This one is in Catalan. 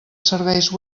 serveis